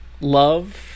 love